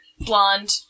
blonde